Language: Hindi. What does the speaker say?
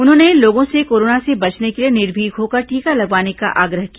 उन्होंने लोगों से कोरोना से बचने के लिए निर्भीक होकर टीका लगवाने का आग्रह किया